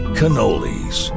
cannolis